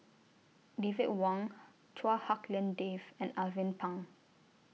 David Wong Chua Hak Lien Dave and Alvin Pang